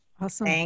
Awesome